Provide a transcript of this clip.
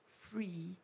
free